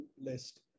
list